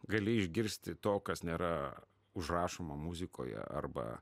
gali išgirsti to kas nėra užrašoma muzikoje arba